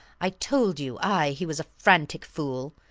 i told you, i, he was a frantic fool,